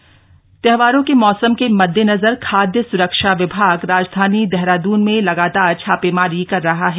खादय सरक्षा त्योहारों के मौसम के मददेनजर खाद्य सुरक्षा विभाग राजधानी देहरादुन में लगातार छापेमारी कर रहा है